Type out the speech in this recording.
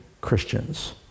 Christians